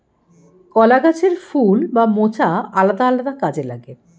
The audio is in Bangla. কলা গাছের ফুল বা মোচা আলাদা আলাদা কাজে লাগে